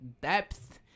Depth